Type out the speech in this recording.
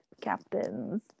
captains